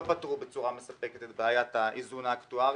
פתרו בצורה מספקת את בעיית האיזון האקטוארי,